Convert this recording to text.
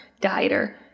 dieter